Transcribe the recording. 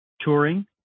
touring